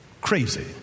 Crazy